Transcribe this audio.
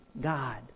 God